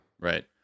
right